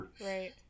Right